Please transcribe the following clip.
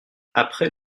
après